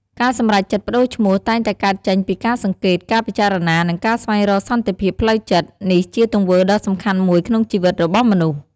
ការសម្រេចចិត្តប្ដូរឈ្មោះតែងតែកើតចេញពីការសង្កេត ការពិចារណា និងការស្វែងរកសន្តិភាពផ្លូវចិត្ត។ នេះជាទង្វើដ៏សំខាន់មួយក្នុងជីវិតរបស់មនុស្ស។